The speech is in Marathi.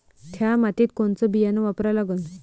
थ्या मातीत कोनचं बियानं वापरा लागन?